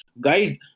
guide